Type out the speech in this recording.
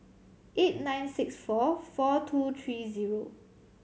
eight nine six four four two three zero